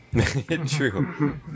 True